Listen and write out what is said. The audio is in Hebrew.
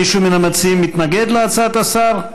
מישהו מהמציעים מתנגד להצעת השר?